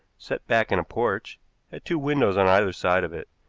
set back in a porch, had two windows on either side of it,